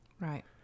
Right